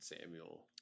Samuel